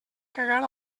cagar